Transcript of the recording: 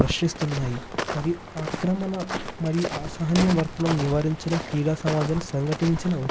ప్రశ్నిస్తున్నాయి మరియు ఆక్రమణ మరియు అసహన్యవర్తనం నివారించడం క్రీడా సమాజం సంఘటించినవి